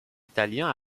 italien